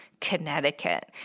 Connecticut